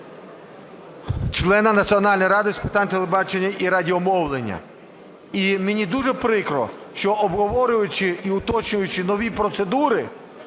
члена Національної ради з питань телебачення і радіомовлення. І мені дуже прикро, що, обговорюючи і уточнюючи нові процедури,